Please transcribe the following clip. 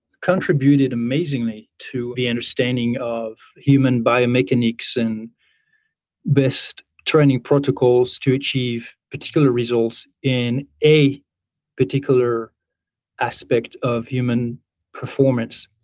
contributed amazingly to the understanding of human bio mechanics and best training protocols to achieve particular results in a particular aspect of human performance,